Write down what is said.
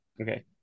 Okay